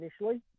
initially